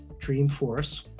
Dreamforce